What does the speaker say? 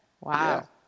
Wow